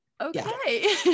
okay